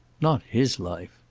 not his life.